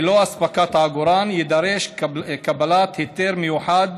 ללא אספקת העגורן, ידרוש קבלת היתר מיוחד